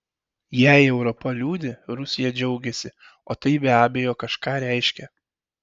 jei europa liūdi rusija džiaugiasi o tai be abejo kažką reiškia